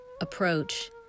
approach